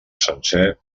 sencer